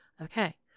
Okay